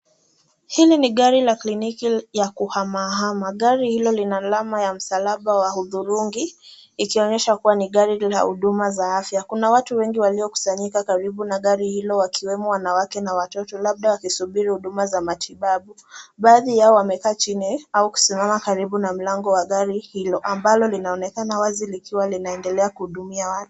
Hili ni gari la kliniki ya kuhamahama. Gari hilo linaalama ya msalaba wa hudhurungi, ikionyesha kuwa ni gari la huduma za afya. Kuna watu wengi waliokusanyika karibu na gari hilo wakiwemo wanawake na watoto labda wakisubiri huduma za matibabu. Baadhi yao wamekaa chini au kusimama karibu na mlango wa gari hilo, ambalo linaonekana wazi likiwa linaendelea kuhudumia watu.